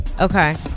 Okay